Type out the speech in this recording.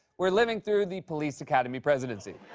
we're living through the police academy presidency.